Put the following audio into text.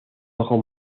ojos